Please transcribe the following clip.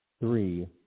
three